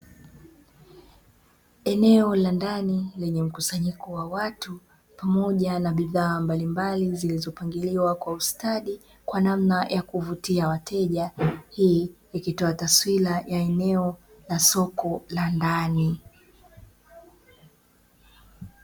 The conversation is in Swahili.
Eneo la ndani lenye mkusanyiko wa watu pamoja na bidhaa mbalimbali zilizopangiliwa kwa ustadi kwa namna ya kuvutia wateja, hii ikitoa taswira ya eneo la soko la ndani.